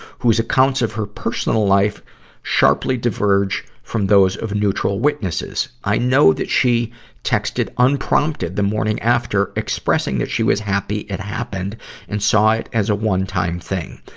whose accounts of her personal life sharply diverge from those of neutral witnesses. i know that she texted unprompted the morning after, expressing that she was happy it happened and saw it as a one-time thing.